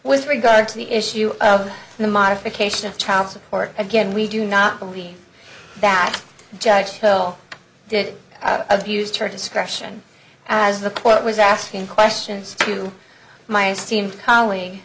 with regard to the issue of the modification of child support again we do not believe that judge hill did abused her discretion as the court was asking questions to my esteemed coll